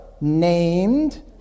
named